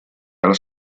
allo